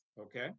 Okay